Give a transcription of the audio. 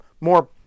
more